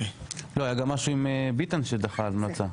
לא, היה גם משהו עם ביטן שדחה המלצה.